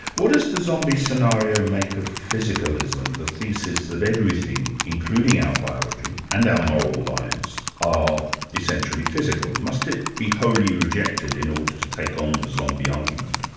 what does the zombie scenario make of physicalism, the thesis that everything including our biology, and our moral lives are essentially physical? must it be wholly rejected in order to take on the zombie argument?